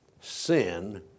sin